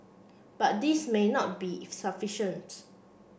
but this may not be sufficient